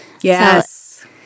Yes